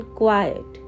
quiet